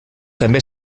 també